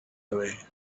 away